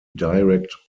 direct